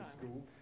School